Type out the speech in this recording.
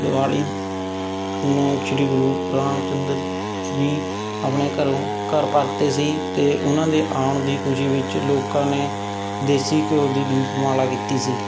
ਦੀਵਾਲੀ ਨੂੰ ਸ੍ਰੀ ਗੁਰੂ ਰਾਮ ਚੰਦਰ ਜੀ ਆਪਣੇ ਘਰੋਂ ਘਰ ਪਰਤੇ ਸੀ ਅਤੇ ਉਹਨਾਂ ਦੇ ਆਉਣ ਦੀ ਖੁਸ਼ੀ ਵਿੱਚ ਲੋਕਾਂ ਨੇ ਦੇਸੀ ਘਿਉ ਦੀ ਦੀਪਮਾਲਾ ਕੀਤੀ ਸੀ